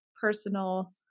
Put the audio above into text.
personal